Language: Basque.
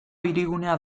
hirigunea